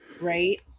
right